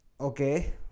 Okay